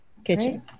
kitchen